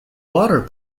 water